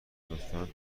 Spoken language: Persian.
لطفا